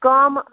کٲمہٕ